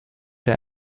der